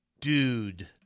Dude